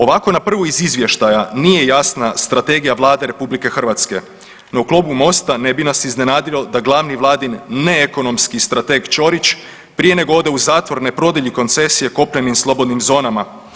Ovako na prvu iz izvještaja nije jasna strategija Vlade RH no u Klubu MOST-a ne bi nas iznenadilo da glavni vladin neekonomski strateg Čorić prije nego ode u zatvor ne produlji koncesije kopnenim slobodnim zonama.